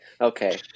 Okay